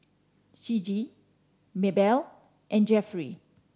Ciji Maebelle and Jeffery